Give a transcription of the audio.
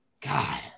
God